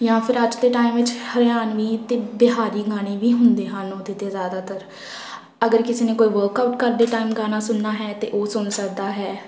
ਜਾਂ ਫਿਰ ਅੱਜ ਦੇ ਟਾਈਮ ਵਿੱਚ ਹਰਿਆਣਵੀ ਅਤੇ ਬਿਹਾਰੀ ਗਾਣੇ ਵੀ ਹੁੰਦੇ ਹਨ ਉਹਦੇ 'ਤੇ ਜ਼ਿਆਦਾਤਰ ਅਗਰ ਕਿਸੇ ਨੇ ਕੋਈ ਵਰਕਆਊਟ ਕਰਦੇ ਟਾਈਮ ਗਾਣਾ ਸੁਣਨਾ ਹੈ ਤਾਂ ਉਹ ਸੁਣ ਸਕਦਾ ਹੈ